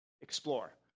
explore